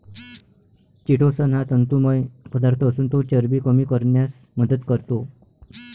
chitosan हा तंतुमय पदार्थ असून तो चरबी कमी करण्यास मदत करतो